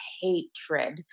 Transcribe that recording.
hatred